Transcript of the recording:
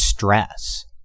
stress